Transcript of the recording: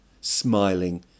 smiling